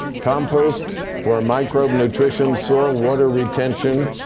compost for microbe nutrition. soil, water retention,